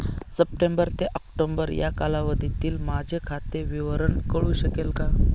September ते October या कालावधीतील माझे खाते विवरण कळू शकेल का?